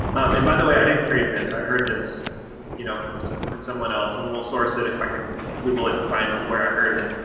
and by the way, i didn't create this. i heard this you know from so from someone else, and we'll source it if i can google it and find where i heard it.